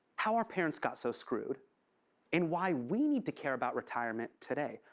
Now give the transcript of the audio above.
how our parents got so screwed and why we need to care about retirement today.